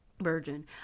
virgin